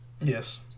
yes